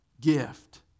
gift